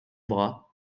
bras